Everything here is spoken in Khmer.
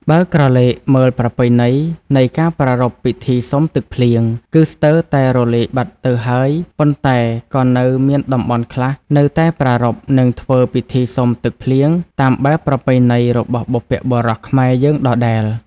បើក្រឡេកមើលប្រពៃណីនៃការប្រារព្ធពិធីសុំទឹកភ្លៀង គឺស្ទើរតែរលាយបាត់ទៅហើយ ប៉ុន្តែ ក៏នៅមានតំបន់ខ្លះនៅតែប្រារព្ធ និងធ្វើពិធីសុំទឹកភ្លៀងតាមបែបប្រពៃណីរបស់បុព្វបុរសខ្មែរយើងដដែល។